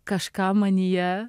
kažką manyje